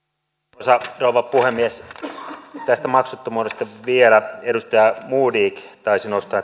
arvoisa rouva puhemies tästä maksuttomuudesta vielä edustaja modig taisi nostaa